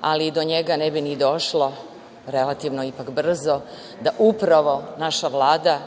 ali do njega ne bi ni došlo, relativno ipak brzo, da upravo naša Vlada